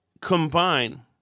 combine